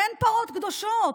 אין פרות קדושות,